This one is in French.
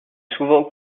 souvent